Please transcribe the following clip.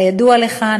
כידוע לך,